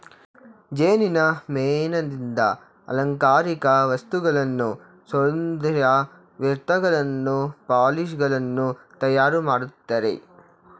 ಜೇನಿನ ಮೇಣದಿಂದ ಅಲಂಕಾರಿಕ ವಸ್ತುಗಳನ್ನು, ಸೌಂದರ್ಯ ವರ್ಧಕಗಳನ್ನು, ಪಾಲಿಶ್ ಗಳನ್ನು ತಯಾರು ಮಾಡ್ತರೆ